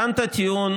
טענת טיעון